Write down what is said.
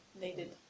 needed